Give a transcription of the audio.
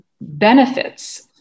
benefits